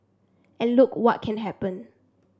and look what can happen